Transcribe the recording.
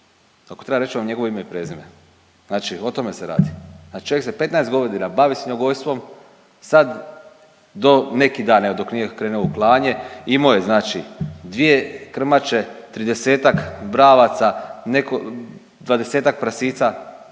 Ako treba reći ću vam njegovo ime i prezime. Znači o tome se radi, a čovjek se 15 godina bavi svinjogojstvom, sad do neki dan evo dok nije krenio u klanje imao je znači dvije krmače, 30-ak bravaca, 20-ak prasica,